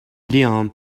لیام